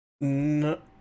no